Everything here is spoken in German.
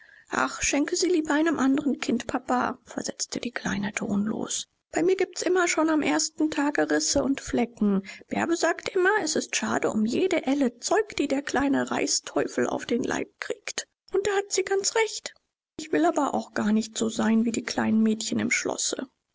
ach schenke sie lieber einem anderen kind papa versetzte die kleine tonlos bei mir gibt's immer schon am ersten tage risse und flecken bärbe sagt immer es ist schade um jede elle zeug die der kleine reißteufel auf den leib kriegt und da hat sie ganz recht ich will aber auch gar nicht so sein wie die kleinen mädchen im schlosse